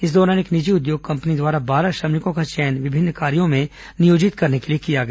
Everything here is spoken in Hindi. इस दौरान एक निजी उद्योग कंपनी द्वारा बारह श्रमिकों का चयन विभिन्न कार्यों में नियोजित करने के लिए किया गया